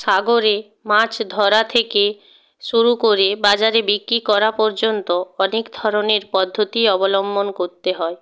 সাগরে মাছ ধরা থেকে শুরু করে বাজারে বিক্রি করা পর্যন্ত অনেক ধরনের পদ্ধতি অবলম্বন করতে হয়